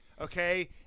okay